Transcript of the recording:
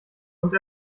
und